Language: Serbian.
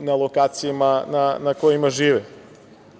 na lokacijama na kojima žive. Kada